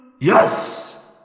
Yes